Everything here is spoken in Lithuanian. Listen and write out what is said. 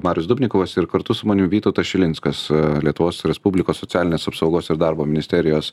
marius dubnikovas ir kartu su manim vytautas šilinskas lietuvos respublikos socialinės apsaugos ir darbo ministerijos